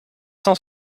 cent